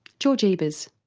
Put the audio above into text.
george ebers.